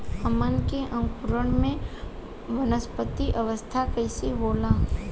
हमन के अंकुरण में वानस्पतिक अवस्था कइसे होला?